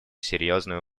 серьезную